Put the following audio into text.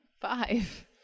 five